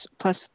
plus